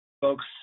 folks